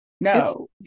No